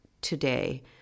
today